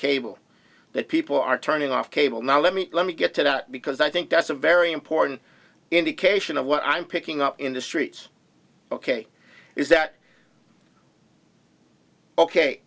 cable that people are turning off cable now let me let me get to that because i think that's a very important indication of what i'm picking up industries ok is that ok